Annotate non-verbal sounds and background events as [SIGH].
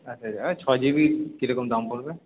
আচ্ছা আচ্ছা [UNINTELLIGIBLE] ছয় জিবির কীরকম দাম হবে